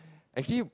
actually